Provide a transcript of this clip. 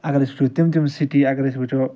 اَگر أسۍ وُچھُو تِم تِم سِٹی اَگر أسۍ وُچھُو